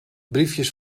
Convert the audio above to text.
briefjes